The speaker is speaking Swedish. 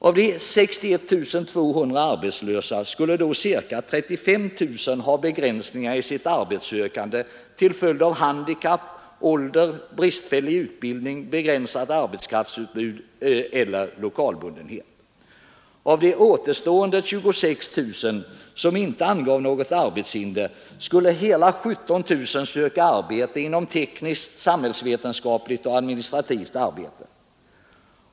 Av de 61 200 arbetslösa skulle då ca 35 000 ha begränsningar i sitt arbetssökande till följd av handikapp, ålder, bristfällig utbildning, begränsat arbetskraftsutbud eller lokal bundenhet. Av de återstående 26 000 som inte angav något arbetshinder skulle hela 17000 söka arbete inom tekniskt, samhällsvetenskapligt och administrativt arbete.